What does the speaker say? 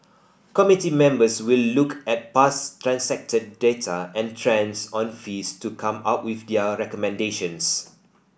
committee members will look at past transacted data and trends on fees to come up with their recommendations